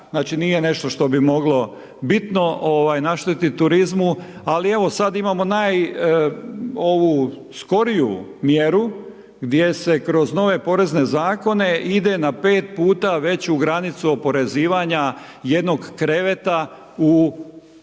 znači, nije nešto što bi moglo bitno naštetiti turizmu, ali evo, sada imamo najskoriju mjeru gdje se kroz nove porezne zakone ide na pet puta veću granicu oporezivanja jednog kreveta u